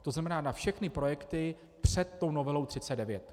To znamená na všechny projekty před novelou 39.